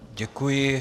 Děkuji.